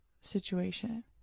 situation